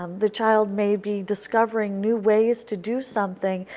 um the child maybe discovering new ways to do something,